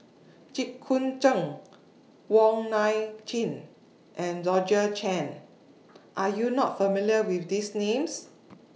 Jit Koon Ch'ng Wong Nai Chin and Georgette Chen Are YOU not familiar with These Names